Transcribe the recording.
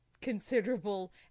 considerable